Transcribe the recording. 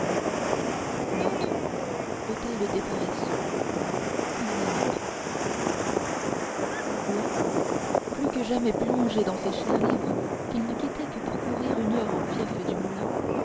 là plus que jamais plongé dans ses chers livres qu'il ne quittait que pour courir une heure au fief du moulin